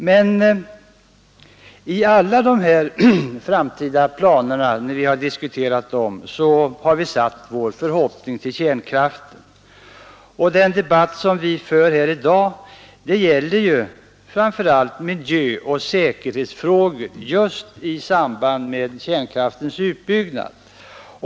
Men när vi diskuterat alla dessa framtida planer har vi satt vårt hopp till kärnkraften, och den debatt vi för här i dag gäller ju framför allt miljöoch säkerhetsfrågor just i samband med kärnkraftens utbyggnad.